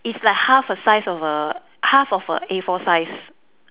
it's like half a size of a half of a A four size